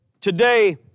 Today